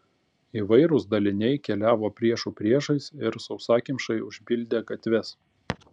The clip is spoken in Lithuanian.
įvairūs daliniai keliavo priešų priešais ir sausakimšai užpildė gatves